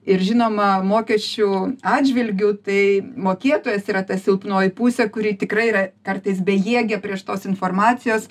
ir žinoma mokesčių atžvilgiu tai mokėtojas yra ta silpnoji pusė kuri tikrai yra kartais bejėgė prieš tos informacijos